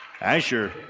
Asher